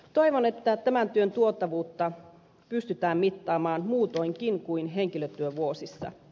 toivon että tämän työn tuottavuutta pystytään mittaamaan muutoinkin kuin henkilötyövuosissa